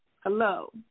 Hello